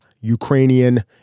Ukrainian